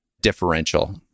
differential